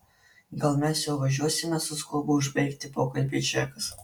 gal mes jau važiuosime suskubo užbaigti pokalbį džekas